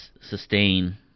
sustain